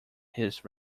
his